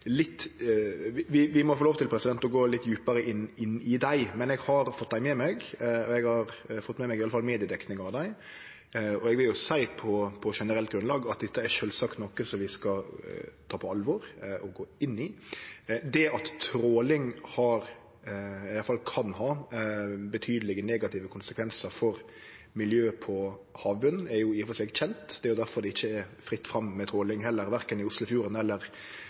Men eg har fått det med meg – eg har iallfall fått med meg mediedekninga av det – og på generelt grunnlag vil eg seie at dette sjølvsagt er noko vi skal ta på alvor og gå inn i. Det at tråling har – eller iallfall kan ha – betydelege negative konsekvensar for miljøet på havbotnen, er i og for seg kjent, det er difor det ikkje er fritt fram med tråling heller, verken i Oslofjorden eller